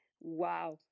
wow